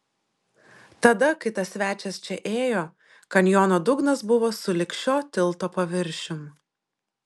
tada kai tas svečias čia ėjo kanjono dugnas buvo sulig šio tilto paviršium